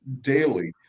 daily